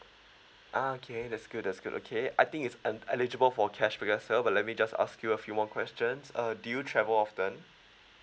ah okay that's good that's good okay I think it's um eligible for cash because however let me just ask you a few more questions err do you travel often